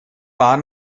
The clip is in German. war